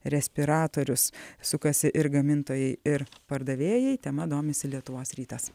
respiratorius sukasi ir gamintojai ir pardavėjai tema domisi lietuvos rytas